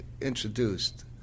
introduced